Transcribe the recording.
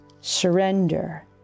surrender